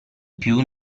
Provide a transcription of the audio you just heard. più